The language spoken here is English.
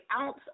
ounce